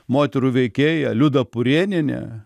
moterų veikėja liuda purėnienė